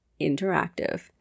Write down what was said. interactive